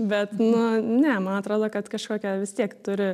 bet nu ne man atrodo kad kažkokia vis tiek turi